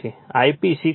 Ip 6